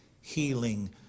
healing